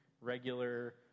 regular